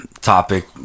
topic